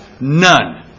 None